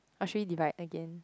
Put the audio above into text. or should we divide again